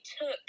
took